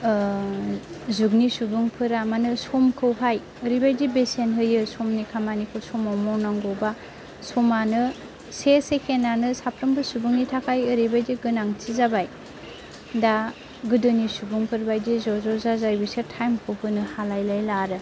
जुगनि सुबुंफोरा माने समखौहाय ओरैबायदि बेसेन होयो समनि खामानिखौ समाव मावनांगौ बा समानो से सेकेन्द आनो साफ्रोमबो सुबुंनि थाखाय ओरैबायदि गोनांथि जाबाय दा गोदोनि सुबुंफोरबायदि ज' ज' जाजाय बिसोर टाइम खौ होनो हालायलायला आरो